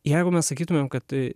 jeigu mes sakytumėm kad